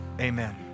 Amen